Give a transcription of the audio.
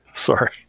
Sorry